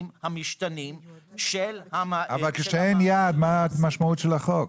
המשתנים של --- אבל כשאין יעד מהי המשמעות של החוק?